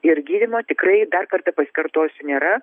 ir gydymo tikrai dar kartą pasikartosiu nėra